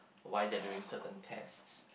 why they're doing certain test